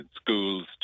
schools